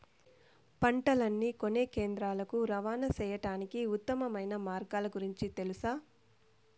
పంటలని కొనే కేంద్రాలు కు రవాణా సేయడానికి ఉత్తమమైన మార్గాల గురించి తెలుసా?